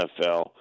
NFL